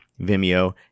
Vimeo